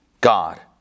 God